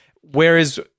whereas